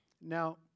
Now